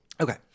Okay